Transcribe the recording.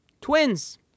Twins